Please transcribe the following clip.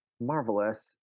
marvelous